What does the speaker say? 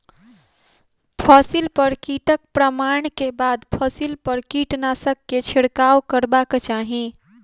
फसिल पर कीटक प्रमाण के बाद फसिल पर कीटनाशक के छिड़काव करबाक चाही